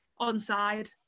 onside